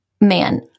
man